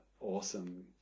awesome